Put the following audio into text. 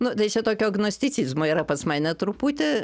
nu tai čia tokio agnosticizmo yra pas mane truputį